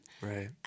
Right